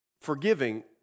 Forgiving